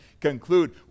conclude